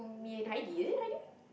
me and Heidi is it Heidi